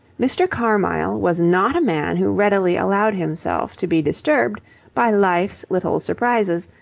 mr. carmyle was not a man who readily allowed himself to be disturbed by life's little surprises,